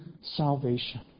salvation